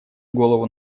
голову